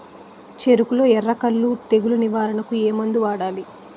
చెఱకులో ఎర్రకుళ్ళు తెగులు నివారణకు ఏ మందు వాడాలి?